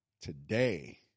today